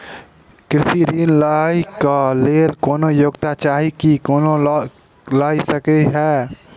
कृषि ऋण लय केँ लेल कोनों योग्यता चाहि की कोनो लय सकै है?